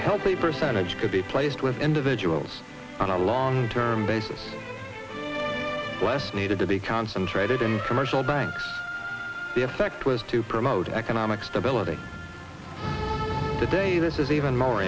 healthy percentage could be placed with individuals on a long term basis less need to be concentrated in commercial banks the effect was to promote economic stability today this is even more